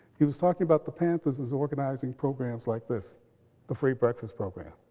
he was talking about the panthers as organizing programs like this the free breakfast program.